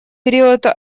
период